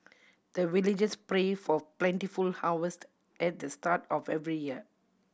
the villagers pray for plentiful harvest at the start of every year